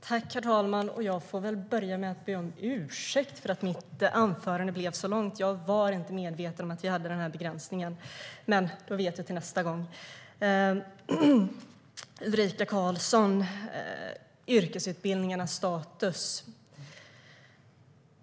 Herr talman! Jag får väl börja med att be om ursäkt för att mitt anförande blev så långt. Jag var inte medveten om att vi hade begränsningen till 6 minuter, men då vet jag till nästa gång. Ulrika Carlsson talar om yrkesutbildningarnas status.